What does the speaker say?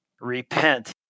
repent